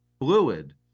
fluid